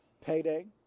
Payday